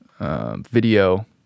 video